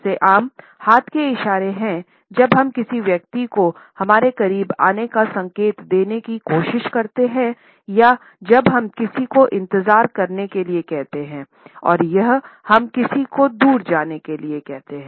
सबसे आम हाथ के इशारे हैं जब हम किसी व्यक्ति को हमारे करीब आने का संकेत देने की कोशिश करते हैं या जब हम किसी को इंतजार करने के लिए कहते हैं या हम किसी को दूर जाने के लिए कहते हैं